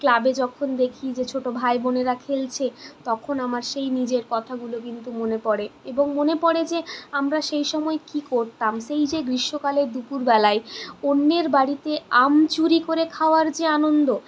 ক্লাবে যখন দেখি যে ছোট ভাইবোনেরা খেলছে তখন আমার সেই নিজের কথাগুলো কিন্তু মনে পড়ে এবং মনে পড়ে যে আমরা সেই সময় কী করতাম সেই যে গ্রীষ্মকালে দুপুরবেলায় অন্যের বাড়িতে আম চুরি করে খাওয়ার যে আনন্দ